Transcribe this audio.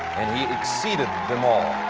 exceeded them all.